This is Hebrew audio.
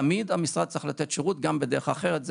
תמיד המשרד צריך לתת שירות גם בדרך אחרת.